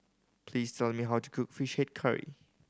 please tell me how to cook Fish Head Curry